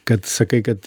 kad sakai kad